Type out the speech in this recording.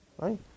right